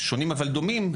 שונים אבל דומים,